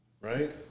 right